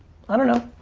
i don't know,